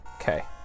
Okay